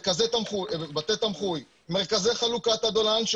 בתי תמחוי, מרכזי חלוקת אדולן.